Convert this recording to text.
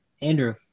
Andrew